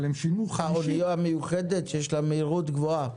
באונייה מיוחדת שיש לה מהירות גבוהה?